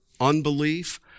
unbelief